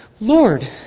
lord